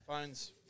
Phones